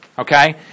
Okay